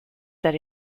that